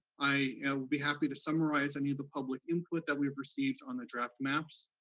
i will be happy to summarize any of the public input that we have received on the draft maps.